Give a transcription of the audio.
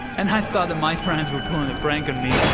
and i thought that my friends were pulling a prank on me.